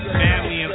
family